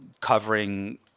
covering